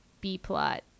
B-plot